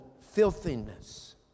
filthiness